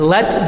Let